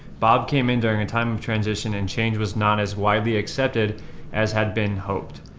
bob came in during a time of transition and change, was not as widely accepted as had been hoped.